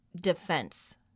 defense